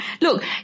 Look